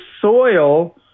soil